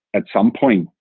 at some point,